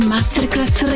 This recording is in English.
Masterclass